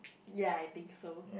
ya I think so